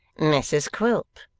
mrs quilp,